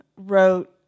wrote